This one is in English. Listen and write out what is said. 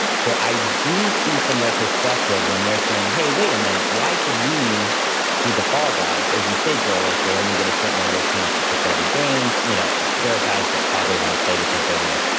so i do see from their perspective when they're saying, hey, wait a minute, why should we be the fall guys, as you say, jol, like they only get a certain number of chances to play the games. you know, there are guys that probably want to play because they want to,